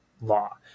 law